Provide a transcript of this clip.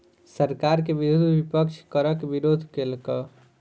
सरकार के विरुद्ध विपक्ष करक विरोध केलक